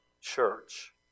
church